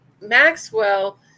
Maxwell